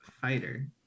fighter